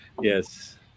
Yes